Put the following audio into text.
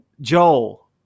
Joel